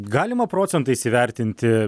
galima procentais įvertinti